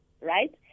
right